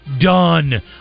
done